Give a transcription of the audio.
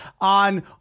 on